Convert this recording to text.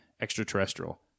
extraterrestrial